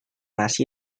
nasi